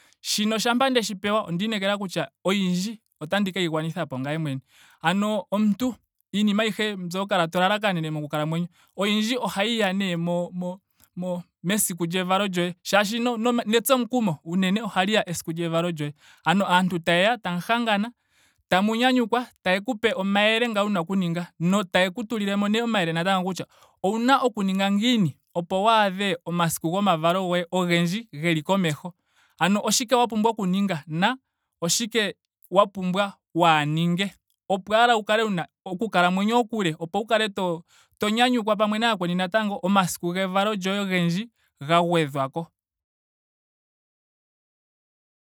Shino shampa ndeshi pewa onda inekela kutya oyindji otandi keyi gwanithapo ngame mwene. Ano omuntu iinima ayihe mbyo ho kala to lalakanene moku kalamwenyo. oyindji ohayiya nee mo- mo mesiku lyevalo lyoye. Shaashi noo- netsomukumo unene ohaliya esiku lyevalo lyoye. Ano aantu tayeya. tamu hangana. tamu nyanyukwa tayeku pe omayele nga wuna oku ninga no tayeku tulilemo nee natango omayele kutya owuna oku ninga ngiini opo waadhe omamsiku gomavalo goye ogendji geli komeho. Ano oshike wa pumbwa oku ninga na oshike wa pumbwa waaha ninge. Opo ashike wu kale wuna oku kalamwenyo okule. opo wu kale to- to- nyanyukwa pamwe nayakweni natango omasiku gevalo lyoye ogendji ga gwedhwako